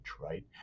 right